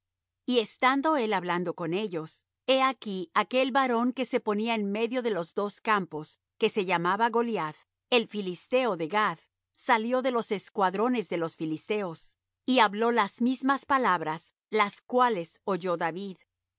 y estando él hablando con ellos he aquí aquel varón que se ponía en medio de los dos campos que se llamaba goliath el filisteo de gath salió de los escuadrones de los filisteos y habló las mismas palabras las cuales oyó david